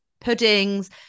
puddings